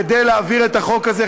כדי להעביר את החוק הזה,